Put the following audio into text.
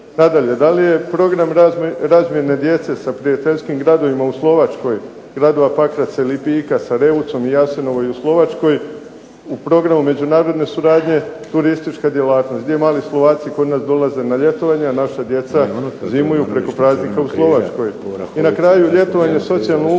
Nadalje, da li je program razmjene djece sa prijateljskim gradovima u Slovačkoj gradova Pakraca i Lipika sa ... i Jasenovoj u Slovačkoj u programu međunarodne suradnje turistička djelatnost, gdje mali Slovaci kod nas dolaze na ljetovanje, a naša djeca zimuju preko praznika u Slovačkoj. I na kraju ljetovanje socijalno ugrožene